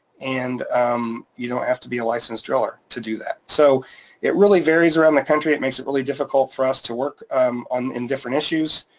and you don't have to be a licensed driller to do that, so it really varies around the country, it makes it really difficult for us to work on different issues,